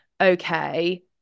okay